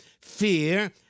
fear